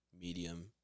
medium